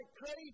crazy